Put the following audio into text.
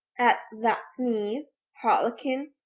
at that sneeze, harlequin,